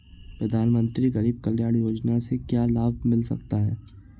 प्रधानमंत्री गरीब कल्याण योजना से क्या लाभ मिल सकता है?